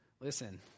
Listen